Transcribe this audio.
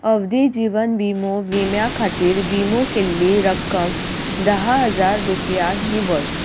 अवधी जिवन विमो विम्या खातीर विमो केल्ली रक्कम धा हजार रुपया निवड